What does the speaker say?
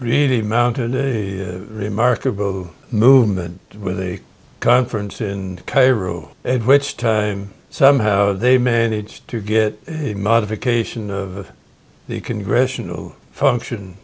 really mounted a remarkable movement with a conference in cairo at which time somehow they managed to get a modification of the congressional function